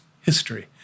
history